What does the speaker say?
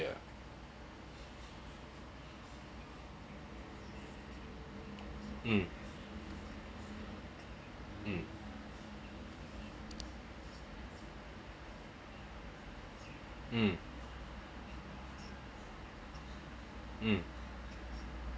mm mm mm mm